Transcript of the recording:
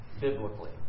biblically